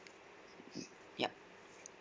mm yup